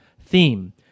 Theme